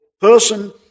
person